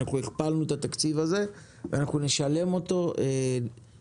אנחנו הכפלנו את התקציב הזה ואנחנו נשלם אותו ביולי.